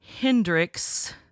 Hendrix